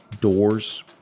doors